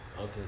Okay